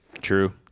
True